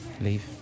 leave